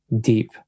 deep